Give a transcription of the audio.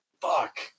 fuck